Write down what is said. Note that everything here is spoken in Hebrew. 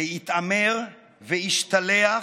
והתעמר והשתלח.